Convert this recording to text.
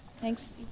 Thanks